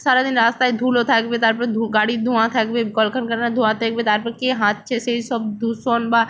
সারা দিন রাস্তায় ধুলো থাকবে তারপর গাড়ির ধোঁয়া থাকবে কলকারখানার ধোঁয়া থাকবে তারপর কে হাঁচছে সেই সব দূষণ বা